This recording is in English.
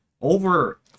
Over